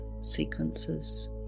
sequences